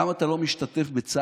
למה אתה לא משתתף בצער?